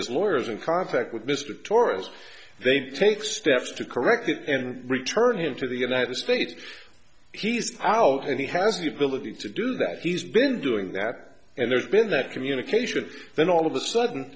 his lawyers in contact with mr torres they take steps to correct it and return him to the united states he's out and he has the ability to do that he's been doing that and there's been that communication then all of the sudden